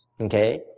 Okay